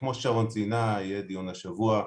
כמו ששרון ציינה, יהיה דיון השבוע.